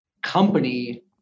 company